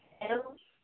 hello